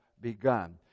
begun